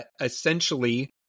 essentially